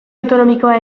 autonomikoa